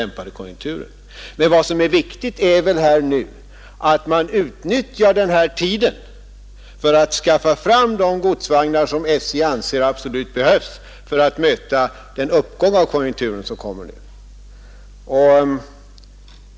Men vad som är viktigt är väl att man utnyttjar den här tiden för att skaffa fram de godsvagnar som SJ anser absolut nödvändiga för att möta den uppgång av konjunkturen som kommer.